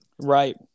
Right